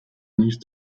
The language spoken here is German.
nicht